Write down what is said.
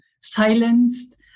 silenced